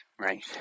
right